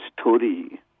story